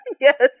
Yes